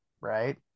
Right